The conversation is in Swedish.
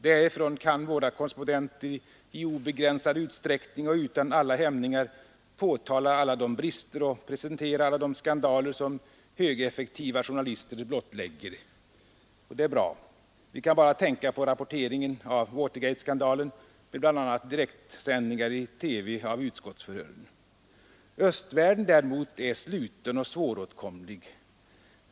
Därifrån kan våra korrespondenter i obegränsad utsträckning och utan alla hämningar påtala alla de brister och presentera alla de skandaler som högeffektiva journalister blottlägger. Det är självfallet i och för sig bra. Vi kan bara tänka på rapporteringen av Watergateskandalen med bl.a. direktsändningen i TV av utskottsförhören. Östvärlden däremot är sluten och svåråtkomlig.